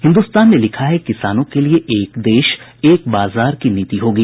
हिन्दुस्तान ने लिखा है किसानों के लिये एक देश एक बाजार की नीति होगी